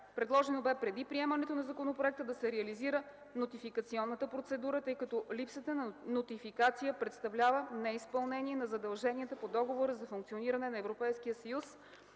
Предложено бе преди приемането на законопроекта да се реализира нотификационната процедура, тъй като липсата на нотификация представлява неизпълнение на задълженията по Договора за функциониране на Европейския съюз